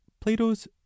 plato's